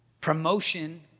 Promotion